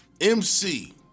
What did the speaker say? MC